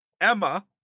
Emma